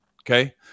Okay